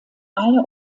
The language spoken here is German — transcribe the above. eine